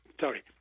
sorry